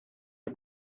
die